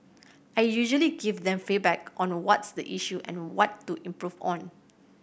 I usually give them feedback on what's the issue and what to improve on